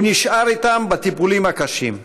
הוא נשאר איתם בטיפולים הקשים,